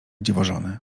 dziwożony